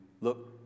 look